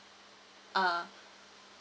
uh